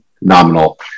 nominal